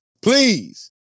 please